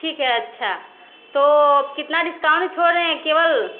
ठीक है अच्छा तो कितना डिस्काउंट छोड़ रहे हैं केवल